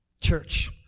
Church